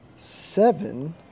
seven